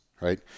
right